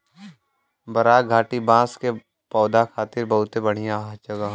बराक घाटी बांस के पौधा खातिर बहुते बढ़िया जगह हौ